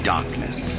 Darkness